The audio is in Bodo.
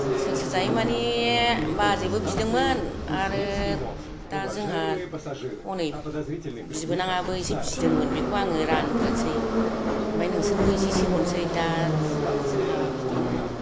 सोर सोर जायो माने बाजैबो बिदोंमोन आरो दा जोंहा हनै बिबोनाङाबो इसे बिदोंमोन बेखौ आङो रानग्रोनोसै ओमफ्राय नोंसोरनोबो इसे इसे हरनोसै दा जोंहा बिदिनो